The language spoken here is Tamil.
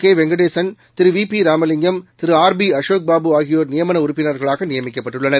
கேவெங்கடேசன் திருவிபிராமலிங்கம் திரு ஆர் பிஅசோக்பாபு ஆகியோர் நியமனஉறுப்பினர்களாகநியமிக்கப்பட்டுள்ளனர்